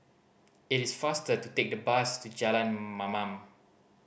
it is faster to take the bus to Jalan Mamam